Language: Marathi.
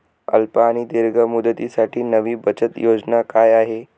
अल्प आणि दीर्घ मुदतीसाठी नवी बचत योजना काय आहे?